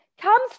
comes